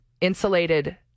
insulated